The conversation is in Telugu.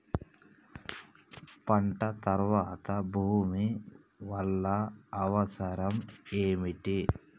పంట తర్వాత భూమి వల్ల అవసరం ఏమిటి?